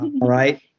Right